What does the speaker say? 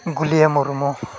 ᱜᱩᱞᱤᱭᱟᱹ Murmu